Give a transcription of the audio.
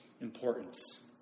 importance